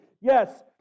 Yes